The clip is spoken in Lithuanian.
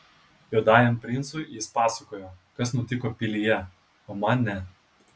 juodajam princui jis pasakojo kas nutiko pilyje o man ne